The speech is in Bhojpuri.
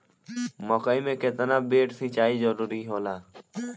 मकई मे केतना बेर सीचाई जरूरी होला?